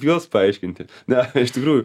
juos paaiškinti ne iš tikrųjų